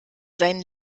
seinen